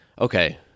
okay